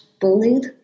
bullied